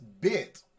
bit